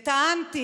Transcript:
וטענתי,